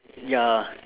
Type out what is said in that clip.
ya